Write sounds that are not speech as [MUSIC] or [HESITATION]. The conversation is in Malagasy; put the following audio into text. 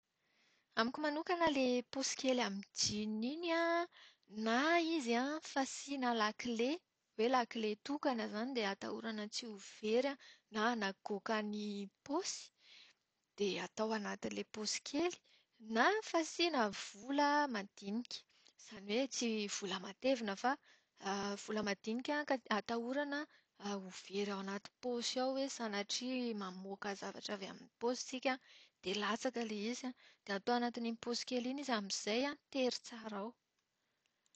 Amiko manokana ilay paosy kely amin'ny jeans iny an, na izy an fasiana lakile, hoe lakile tokana izany dia atohrana tsy ho very na hanagoaka ny paosy, dia atao anatin'ilay paosy kely. Na fasiana vola madinika. Izany hoe tsy vola matevina fa [HESITATION] vola madinika ka atahorana ho very aoanaty paosy ao hoe sanatria mamoaka avy amin'ny paosy tsika dia latsaka ilay izy any. Dia atao ao anatin'iny paosy kely iny izy an, amin'izay tery tsara ao.